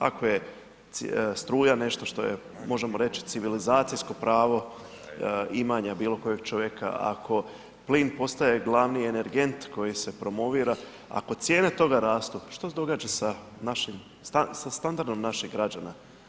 Ako je struja nešto što je, možemo reći, civilizacijsko pravo imanja bilo kojeg čovjeka, ako plin postaje glavni energent koji se promovira, ako cijene toga rastu, što se događa sa standardom naših građana?